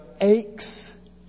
aches